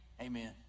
Amen